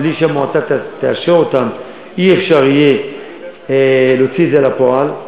בלי שהמועצה תאשר אי-אפשר יהיה להוציא את זה לפועל.